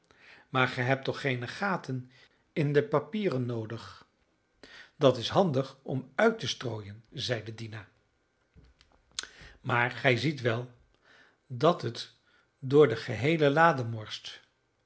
maar ge hebt toch geene gaten in de papieren noodig dat is handig om uit te strooien zeide dina maar gij ziet wel dat het door de geheele lade morst